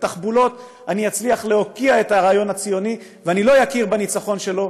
בתחבולות אצליח להוקיע את הרעיון הציוני ולא אכיר בניצחון שלו.